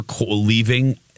leaving